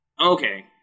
Okay